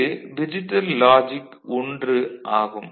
இது digital logic 1 ஆகும்